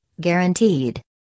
guaranteed